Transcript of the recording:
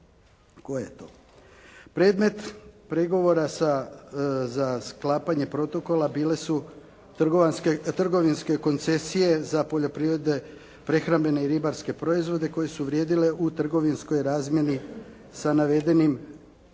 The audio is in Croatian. Predmet pregovora za sklapanje protokola bile su trgovinske koncesije za poljoprivrede prehrambene i ribarske proizvode koji su vrijedile u trgovinskoj razmjeni sa navedenim